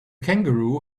kangaroo